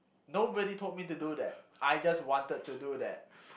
nobody told me to do that I just wanted to do that